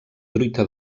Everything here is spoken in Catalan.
truita